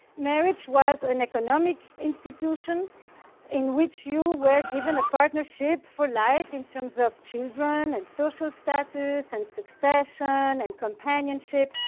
marriage was an economic institution in which you were given a partnership for life in terms of children and social status and succession and companionship.